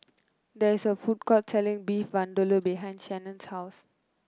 there is a food court selling Beef Vindaloo behind Shannon's house